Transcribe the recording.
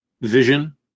vision